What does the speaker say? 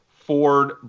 Ford